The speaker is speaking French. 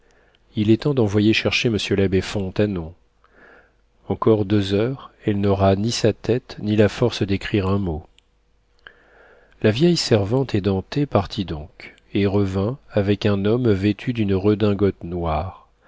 il est temps d'envoyer chercher monsieur l'abbé fontanon encore deux heures elle n'aura ni sa tête ni la force d'écrire un mot la vieille servante édentée partit donc et revint avec un homme vêtu d'une redingote noire